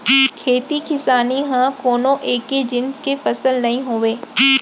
खेती किसानी ह कोनो एके जिनिस के फसल नइ होवय